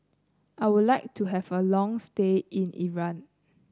I would like to have a long stay in Iran